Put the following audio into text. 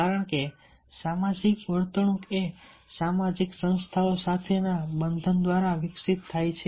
કારણ કે સામાજિક વર્તણૂક એ સામાજિક સંસ્થાઓ સાથેના બંધન દ્વારા વિકસિત થાય છે